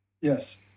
Yes